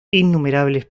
innumerables